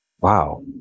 wow